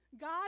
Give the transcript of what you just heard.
God